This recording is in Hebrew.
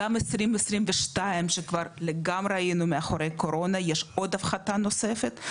גם 2022 שכבר לגמרי היינו מאחורי הקורונה יש עוד הפחתה נוספת,